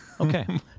Okay